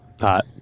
Hot